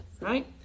Right